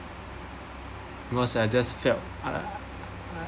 it was I just felt ah